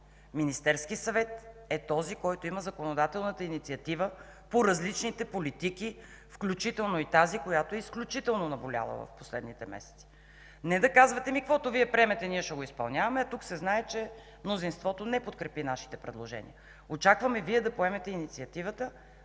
Министерският съвет е този, който има законодателна инициатива по различните политики, включително и тази, която е изключително наболяла през последните месеци. Не да казвате: „Каквото Вие приемете, ние ще го изпълняваме”, а тук се знае, че мнозинството не подкрепи нашите предложения. Очакваме Вие да поемете инициативата,